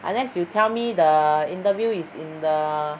unless you tell me the interview is in the